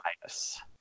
bias